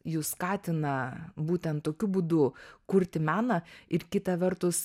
jus skatina būtent tokiu būdu kurti meną ir kita vertus